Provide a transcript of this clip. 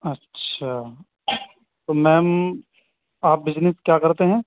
اچھا تو میم آپ بزنس کیا کرتے ہیں